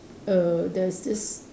err there's this